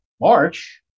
March